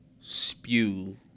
spew